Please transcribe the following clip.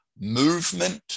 movement